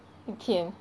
一天